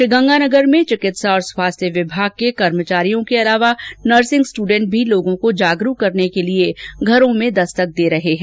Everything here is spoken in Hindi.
श्रीगंगानगर में चिकित्सा और स्वास्थ्य विभाग के कर्मचारियों के अलावा नर्सिंग स्ट्रडेंट भी लोगों को जागरूक करने के लिए घरों में दस्तक दे रहे हैं